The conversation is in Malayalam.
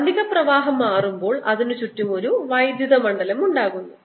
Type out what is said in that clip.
കാന്തിക പ്രവാഹം മാറുമ്പോൾ അതിന് ചുറ്റും ഒരു വൈദ്യുത മണ്ഡലം ഉണ്ടാകുന്നു